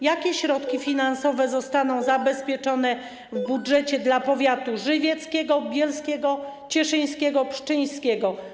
Jakie środki finansowe zostaną zabezpieczone w budżecie dla powiatu żywieckiego, bielskiego, cieszyńskiego, pszczyńskiego?